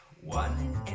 One